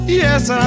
Yes